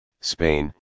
Spain